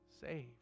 saved